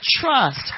trust